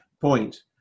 point